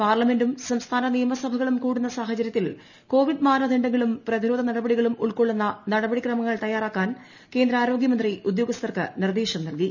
പാർലമെന്റും സംസ്ഥാന നിയമസഭകളും കൂടുന്ന സാഹചര്യത്തിൽ കോവിഡ് മാനദണ്ഡ ങ്ങളും പ്രതിരോധ നടപടികളും ഉൾക്കൊള്ളുന്ന നടപടിക്രമങ്ങൾ തയ്യാറാക്കാൻ കേന്ദ്ര ആരോഗ്യമന്ത്രി ഉദ്യോഗസ്ഥർക്ക് നിർദ്ദേശം നൽകി